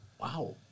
Wow